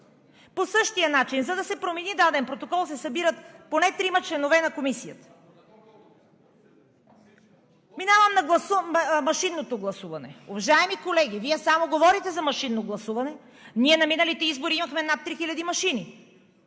по същия начин, за да се промени даден протокол, се събират поне трима членове на комисията. Минавам на машинното гласуване. Уважаеми колеги, Вие само говорите за машинно гласуване. Ние на миналите избори имахме над 3000 машини.